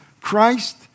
Christ